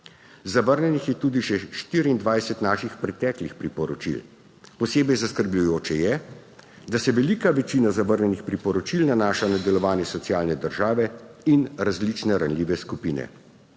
Zavrnjenih je tudi še 24 naših preteklih priporočil. Posebej zaskrbljujoče je, da se velika večina zavrnjenih priporočil nanaša na delovanje socialne države in različne ranljive skupine.